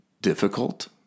Difficult